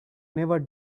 never